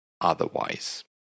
otherwise